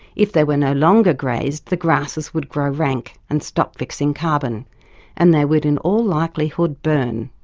if they were no longer grazed the grasses would grow rank and stop fixing carbon and they would in all likelihood burn.